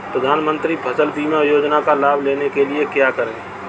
प्रधानमंत्री फसल बीमा योजना का लाभ लेने के लिए क्या करें?